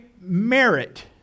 merit